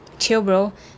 chill bro